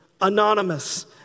anonymous